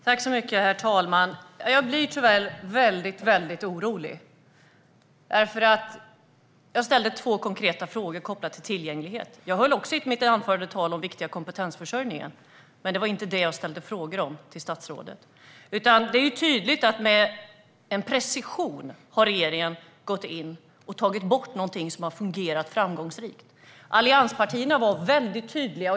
Herr talman! Jag blir tyvärr väldigt orolig. Jag ställde två konkreta frågor kopplade till tillgängligheten. Även jag talade i mitt anförande om den viktiga kompetensförsörjningen. Men det var inte den jag ställde frågor till statsrådet om. Det är tydligt att regeringen med precision har gått in och tagit bort någonting som fungerat framgångsrikt. Allianspartierna var väldigt tydliga.